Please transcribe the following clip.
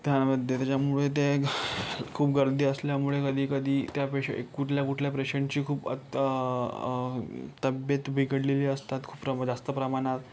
त्यामध्ये त्याच्यामुळे ते खूप गर्दी असल्यामुळे कधीकधी त्या पेशं कुठल्या कुठल्या पेशंटची खूप आता तब्येत बिघडलेली असतात खूप प्रब जास्त प्रमाणात